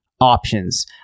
options